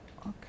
Okay